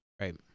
Right